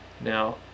Now